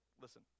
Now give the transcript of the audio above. Listen